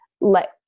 let